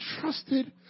trusted